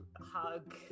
hug